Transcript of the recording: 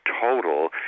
total